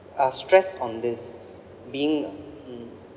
uh stress on this being mm